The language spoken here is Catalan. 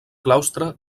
claustre